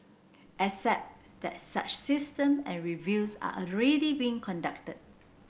except that such system and reviews are already being conducted